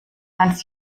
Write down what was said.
hans